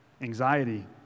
anxiety